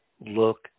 look